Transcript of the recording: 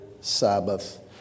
Sabbath